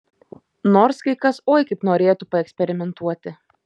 nors kai kas oi kaip norėtų paeksperimentuoti